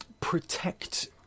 protect